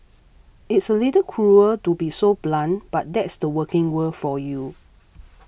it's a little cruel to be so blunt but that's the working world for you